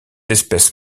espèces